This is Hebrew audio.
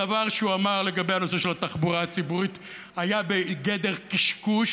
הדבר שהוא אמר לגבי הנושא של התחבורה הציבורית היה בגדר קשקוש,